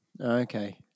Okay